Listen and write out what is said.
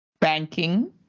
banking